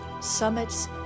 summits